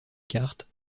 carte